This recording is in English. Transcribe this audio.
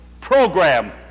program